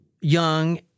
young